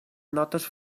notes